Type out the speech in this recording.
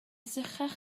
sychach